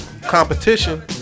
competition